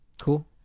cool